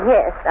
Yes